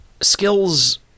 Skills